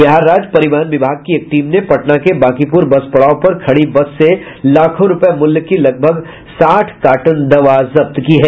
बिहार राज्य परिवहन विभाग की एक टीम ने पटना के बांकीपुर बस पड़ाव पर खड़ी एक बस से लाखों रुपये मूल्य की लगभग साठ कार्टन दवा जब्त की है